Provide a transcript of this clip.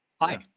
Hi